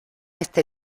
este